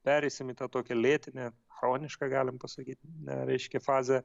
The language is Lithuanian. pereisim į tą tokią lėtinę chronišką galim pasakyt reiškia fazę